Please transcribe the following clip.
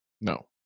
No